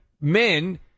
Men